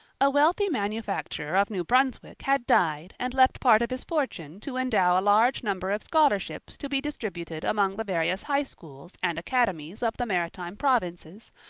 a wealthy manufacturer of new brunswick had died and left part of his fortune to endow a large number of scholarships to be distributed among the various high schools and academies of the maritime provinces,